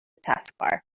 taskbar